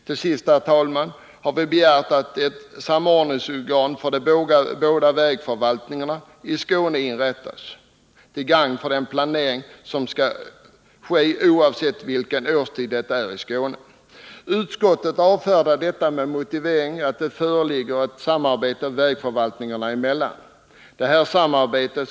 Till sist, herr talman, har vi föreslagit att ett samordningsorgan för de båda vägförvaltningarna i Skåne inrättas till gagn för den planering som måste ske oavsett vilken årstid det är i Skåne. Utskottet avfärdar detta med motiveringen att det föreligger ett samarbete vägförvaltningarna emellan.